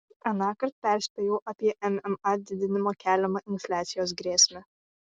anąkart perspėjau apie mma didinimo keliamą infliacijos grėsmę